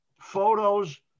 photos